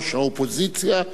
ראש האופוזיציה.